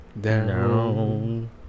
down